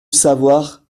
savoir